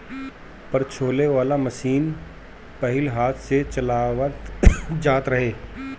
पछोरे वाला मशीन पहिले हाथ से चलावल जात रहे